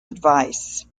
advice